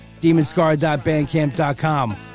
demonscar.bandcamp.com